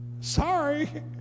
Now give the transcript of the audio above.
Sorry